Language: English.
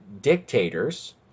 dictators